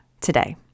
today